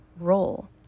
Role